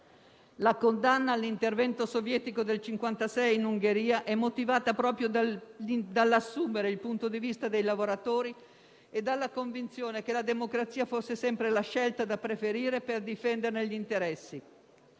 la condanna all'intervento sovietico del 1956 in Ungheria fu motivata proprio dall'assumere il punto di vista dei lavoratori e dalla convinzione che la democrazia fosse sempre la scelta da preferire per difenderne gli interessi.